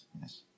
yes